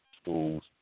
schools